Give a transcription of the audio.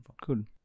good